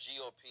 GOP